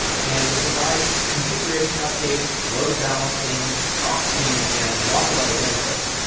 and it provides configuration updates, load balancing, proxying and lots of other benefits.